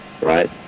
right